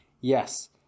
Yes